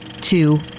two